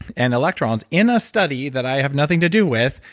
and electrons, in a study that i have nothing to do with,